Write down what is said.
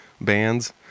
bands